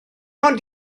ond